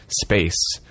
space